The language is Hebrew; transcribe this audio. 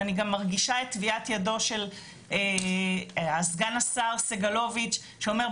ואני גם מרגישה את טביעת ידו של סגן השר סגלוביץ' שאומר,